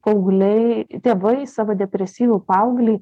paaugliai tėvai savo depresyvų paauglį